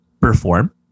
perform